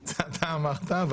את זה אתה אמרת.